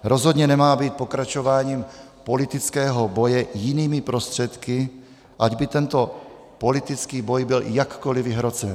Rozhodně nemá být pokračováním politického boje jinými prostředky, ať by tento politický boj byl jakkoliv vyhrocený.